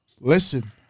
listen